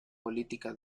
política